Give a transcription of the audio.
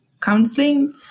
counseling